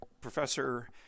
Professor